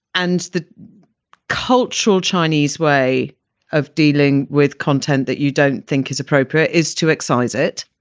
and the cultural chinese way of dealing with content that you don't think is appropriate is to excise it.